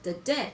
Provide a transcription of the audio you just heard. the dad